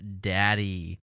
daddy